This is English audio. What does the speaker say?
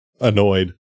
annoyed